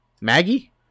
Maggie